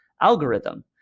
algorithm